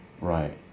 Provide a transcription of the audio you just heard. right